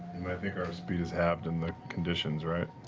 think our speed is halved in the conditions, right?